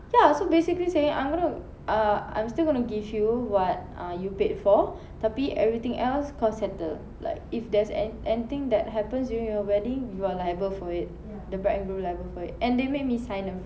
ya so basically saying I'm going to ah I'm still gonna give you [what] uh you paid for tapi everything else kau settle like if there's an~ anything that happens during your wedding you are liable for it the bride and groom liable for it and they made me sign the